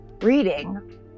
reading